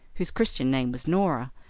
whose christian name was norah,